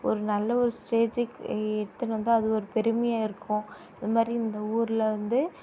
ஒரு நல்ல ஒரு ஸ்டேஜிஜுக்கு இ எடுத்துன்னு வந்தால் அது ஒரு பெருமையாக இருக்கும் இதுமாதிரி இந்த ஊர்ல வந்து